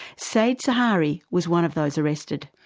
said sahari was one of those arrested.